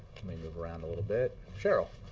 let me move around a little bit. cheryl.